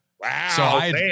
Wow